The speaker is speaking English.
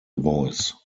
voice